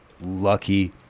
lucky